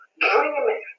dreaming